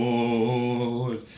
Lord